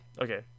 Okay